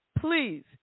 please